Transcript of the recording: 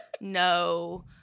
No